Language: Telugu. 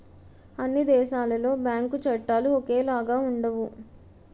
అన్ని దేశాలలో బ్యాంకు చట్టాలు ఒకేలాగా ఉండవు